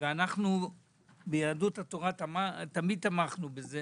ואנו ביהדות התורה תמיד תמכנו בכך